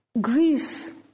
Grief